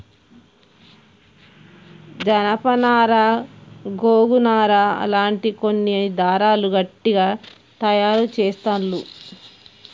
జానప నారా గోగు నారా లాంటి కొన్ని దారాలు గట్టిగ తాయారు చెస్తాండ్లు